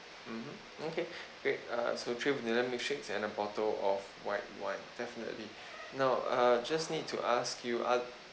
mmhmm okay great uh so three vanilla milkshakes and a bottle of white wine definitely now uh just need to ask you